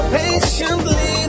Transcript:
patiently